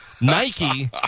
Nike